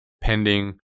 Pending